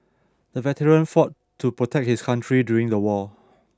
the veteran fought to protect his country during the war